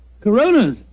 Coronas